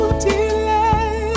delay